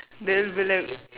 they'll be like